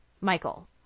michael